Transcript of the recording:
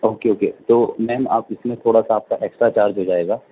okay okay تو ma'am آپ اس میں تھوڑا سا آپ کا ایکسٹرا چارج ہو جائے گا